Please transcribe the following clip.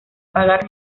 pagar